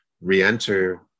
re-enter